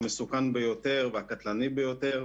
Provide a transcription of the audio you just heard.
המסוכן ביותר והקטלני ביותר.